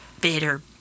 Bitter